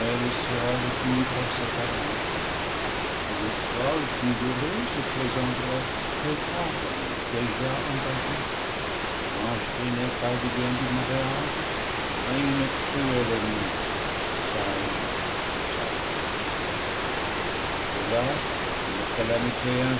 sera retenue par ses parents ou le choix le plus heureux se présentera trop tard à lui déjà engagé et enchaîné par les liens du mariage à une cruelle ennemie sa haine ou sa honte de là une calamité